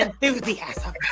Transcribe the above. enthusiasm